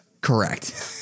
Correct